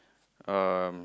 um